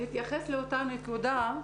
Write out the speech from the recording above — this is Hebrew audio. בהתייחס לאותה נקודה,